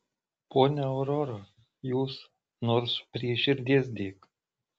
ponia aurora jūs nors prie širdies dėk